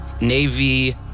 Navy